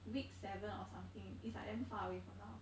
week seven or something it's like damn far away from now